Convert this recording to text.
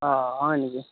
অ' হয় নেকি